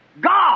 God